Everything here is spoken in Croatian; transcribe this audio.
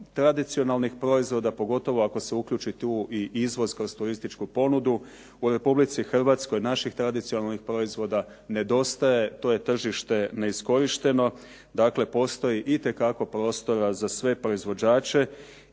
tradicionalnih proizvoda, pogotovo ako se uključi tu i izvoz kroz turističku ponudu, u Republici Hrvatskoj naših tradicionalnih proizvoda nedostaje. To je tržište neiskorišteno, dakle postoji itekako prostora za sve proizvođače